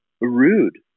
rude